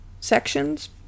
sections